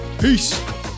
Peace